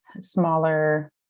smaller